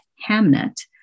Hamnet